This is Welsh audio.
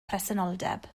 presenoldeb